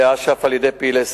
תושבים התלוננו בפנינו על אוזלת-יד